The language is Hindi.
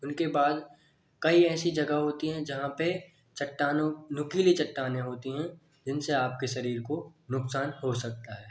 उन के बाद कई ऐसी जगह होती है जहाँ पे चट्टानों नुकीली चट्टा नेंहोती हैं जिनसे आपके शरीर को नुकसान हो सकता है